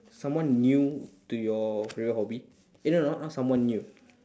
someone new to your favorite hobby eh no no not someone new